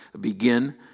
begin